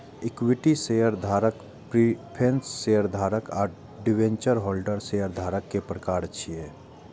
equity शेयरधारक, preference शेयरधारक आ डिवेंचर होल्डर शेयरधारक के प्रकार छियै